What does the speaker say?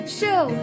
show